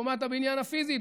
קומת הבניין הפיזית,